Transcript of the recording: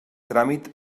tràmit